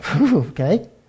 okay